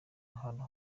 ahantu